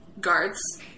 guards